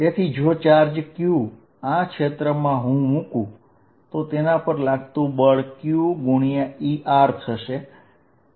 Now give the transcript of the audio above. તેથી જો હું ચાર્જ q આ ક્ષેત્રમાં મૂકું તો તેના પર લાગતુ બળ qE થશે